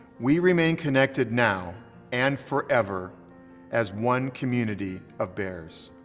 we remain connected now and forever as one community of bears.